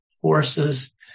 forces